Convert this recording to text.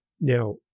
Now